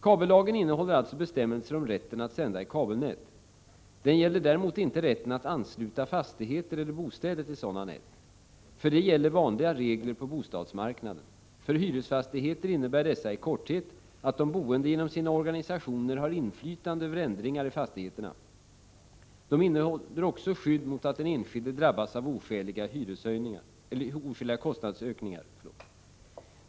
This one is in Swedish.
Kabellagen innehåller alltså bestämmelser om rätten att sända i kabelnät. Den gäller däremot inte rätten att ansluta fastigheter eller bostäder till sådana nät. För detta gäller vanliga regler på bostadsmarknaden. För hyresfastigheter innebär dessa i korthet att de boende genom sina organisationer har inflytande över ändringar i fastigheterna. De innehåller också skydd mot att den enskilde drabbas av oskäliga kostnadsökningar.